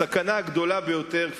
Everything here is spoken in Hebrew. הסכנה הגדולה ביותר הניצבת בפנינו,